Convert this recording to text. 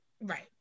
Right